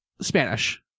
Spanish